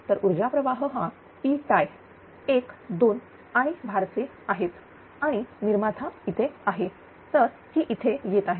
तर ऊर्जाप्रवाह हा Ptie 1 2आणि भार चे आहे आणि निर्माता इथे आहे तर ही इथे येत आहे